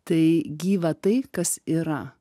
tai gyva tai kas yra